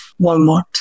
Walmart